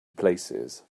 places